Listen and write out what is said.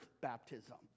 baptism